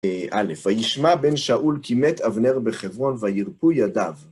א', וישמע בן שאול כי מת אבנר בחברון וירפו ידיו.